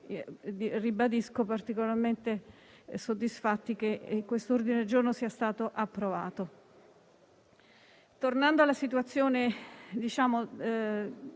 siamo particolarmente soddisfatti che questo ordine del giorno sia stato approvato. Tornando alla situazione del